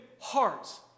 hearts